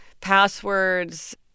passwords